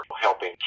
helping